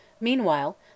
Meanwhile